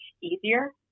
easier